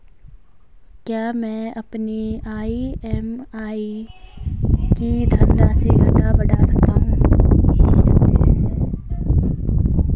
क्या मैं अपनी ई.एम.आई की धनराशि घटा बढ़ा सकता हूँ?